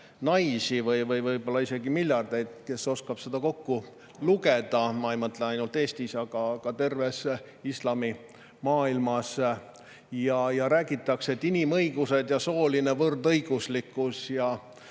naisi, võib-olla isegi miljardeid – kes oskab kokku lugeda? –, ma ei mõtle ainult Eestis, vaid ka terves islamimaailmas, ja räägitakse, et inimõigused ja sooline võrdõiguslikkus ja